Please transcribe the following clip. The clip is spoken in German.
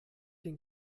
den